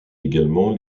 également